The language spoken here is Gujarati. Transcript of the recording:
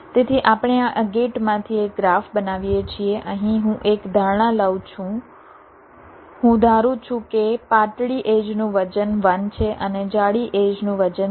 તેથી આપણે આ ગેટમાંથી એક ગ્રાફ બનાવીએ છીએ અહીં હું એક ધારણા લઉં છું હું ધારું છું કે પાતળી એડ્જનું વજન 1 છે અને જાડી એડ્જનું વજન 0